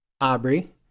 Aubrey